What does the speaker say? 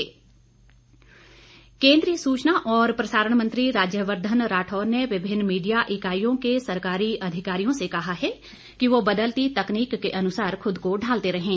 सम्मेलन केंद्रीय सुचना और प्रसारण मंत्री राज्यवर्धन राठौर ने विभिन्न मीडिया इकाइयों के सरकारी अधिकारियों से कहा है कि वह बदलती तकनीक के अनुसार खुद को ढालते रहें